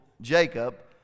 Jacob